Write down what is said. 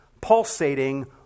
pulsating